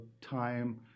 time